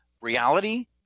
reality